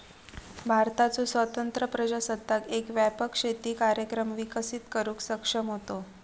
भारताचो स्वतंत्र प्रजासत्ताक एक व्यापक शेती कार्यक्रम विकसित करुक सक्षम होतो